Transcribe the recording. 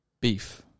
beef